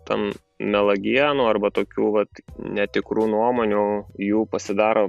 tam melagienų arba tokių vat netikrų nuomonių jų pasidaro